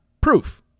proof